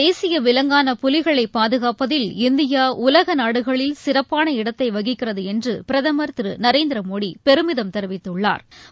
தேசியவிலங்கான புலிகளைக் பாதுகாப்பதில் இந்தியாஉலகநாடுகளில் சிறப்பான இடத்தைவகிக்கிறதுஎன்றுபிரதமா் திருநரேந்திரமோடிபெருமிதம் தெரிவித்துள்ளாா்